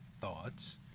thoughts